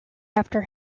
after